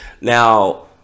Now